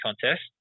contest